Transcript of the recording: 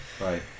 right